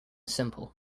simple